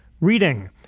reading